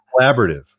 collaborative